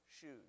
shoes